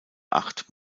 acht